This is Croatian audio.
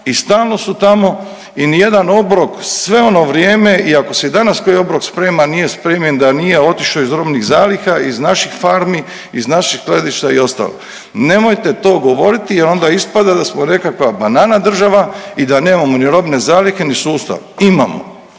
i stalno su tamo i ni jedan obrok sve ono vrijeme i ako se i danas koji obrok sprema nije spremljen da nije otišao iz robnih zaliha iz naših farmi, iz naših skladišta i ostalo. Nemojte to govoriti, jer onda ispada da smo nekakva banana država i da nemamo ni robne zalihe ni sustav. Imamo,